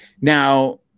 Now